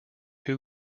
who